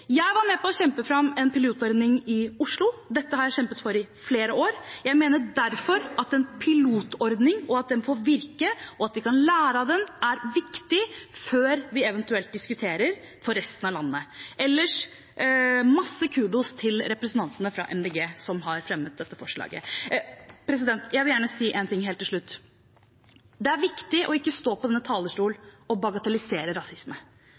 Jeg var med på å kjempe fram en pilotordning i Oslo. Dette har jeg kjempet for i flere år. Jeg mener derfor at en pilotordning, og at den får virke, og at vi kan lære av den, er viktig før vi eventuelt diskuterer dette for resten av landet. Ellers: Masse kudos til representantene fra Miljøpartiet De Grønne, som har fremmet dette forslaget. Jeg vil gjerne si en ting helt til slutt. Det er viktig å ikke stå på denne talerstolen å bagatellisere rasisme.